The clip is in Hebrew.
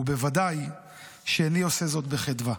ובוודאי שאיני עושה זאת בחדווה.